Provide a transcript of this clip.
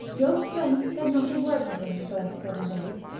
job's friends said not a word to him the first seven days,